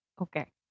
Okay